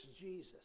Jesus